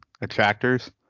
attractors